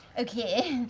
okay.